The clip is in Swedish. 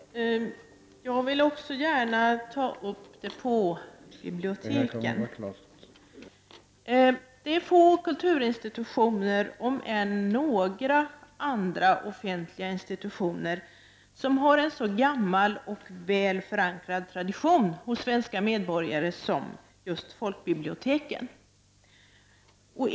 Herr talman! Jag vill också gärna ta upp depåbiblioteken. Få kulturinstitutioner om ens några andra offentliga institutioner har en så gammal och väl förankrad tradition hos svenska medborgare som folkbiblioteken.